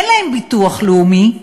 אין להם ביטוח לאומי,